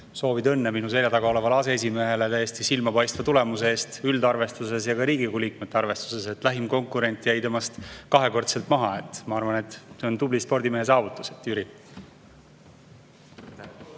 soovin õnne minu selja taga olevale aseesimehele täiesti silmapaistva tulemuse eest üldarvestuses ja ka Riigikogu liikmete arvestuses. Lähim konkurent jäi temast kahekordselt maha. Ma arvan, et see on tubli spordimehe saavutus, Jüri.